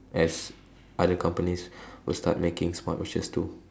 as other companies will start making smartwatches too